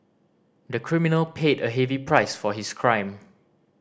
the criminal paid a heavy price for his crime